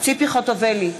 ציפי חוטובלי,